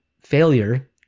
failure